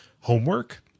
homework